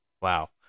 Wow